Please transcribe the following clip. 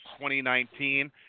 2019